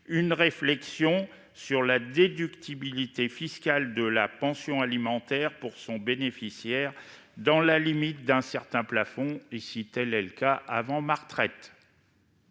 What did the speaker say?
une réflexion sur la déductibilité fiscale de la pension alimentaire pour son bénéficiaire, dans la limite d'un certain plafond. La parole est à M. le secrétaire